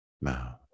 mouth